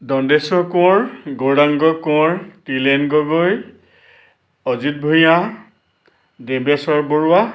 Dandeswar Konwar Gauranga Konwar Tilen Gogoi Ajit Bhuyan Deveswar Barua